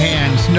Hands